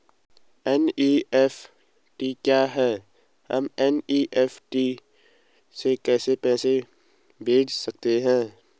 NEFT क्या है हम एन.ई.एफ.टी से कैसे पैसे भेज सकते हैं?